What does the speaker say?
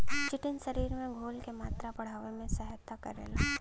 chitin शरीर में घोल क मात्रा बढ़ावे में सहायता करला